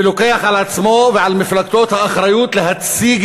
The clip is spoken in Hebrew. ולוקח על עצמו ועל מפלגתו את האחריות להציג